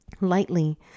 lightly